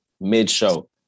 mid-show